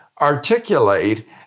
articulate